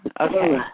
Okay